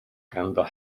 ganddo